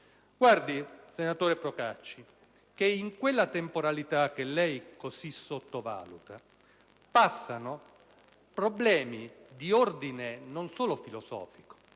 Guardi, senatore Procacci, che in quella temporalità che lei così sottovaluta passano problemi di ordine non solo filosofico,